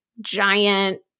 giant